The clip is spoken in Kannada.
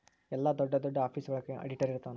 ಎಲ್ಲ ದೊಡ್ಡ ದೊಡ್ಡ ಆಫೀಸ್ ಒಳಗ ಆಡಿಟರ್ ಇರ್ತನ